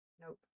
nope